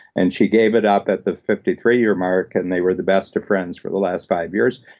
and she gave it up at the fifty three year mark, and they were the best of friends for the last five years.